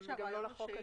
וגם לא לחוק הזה.